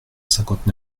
cinquante